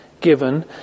given